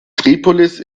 tripolis